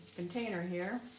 container here,